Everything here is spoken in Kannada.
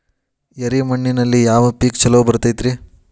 ಎರೆ ಮಣ್ಣಿನಲ್ಲಿ ಯಾವ ಪೇಕ್ ಛಲೋ ಬರತೈತ್ರಿ?